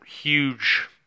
huge